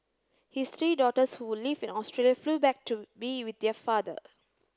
his three daughters who live in Australia flew back to be with their father